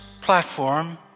platform